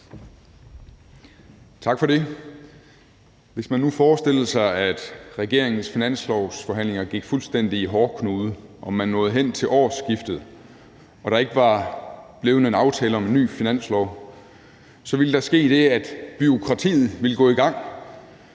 Tak for det. Hvis man nu forestillede sig, at regeringens finanslovsforhandlinger gik fuldstændig i hårdknude og man nåede hen til årsskiftet og der ikke var lavet en aftale om en ny finanslov, så ville der ske det, at bureaukratiet ville gå i gang